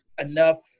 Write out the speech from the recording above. enough